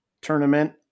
Tournament